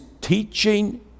teaching